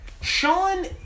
Sean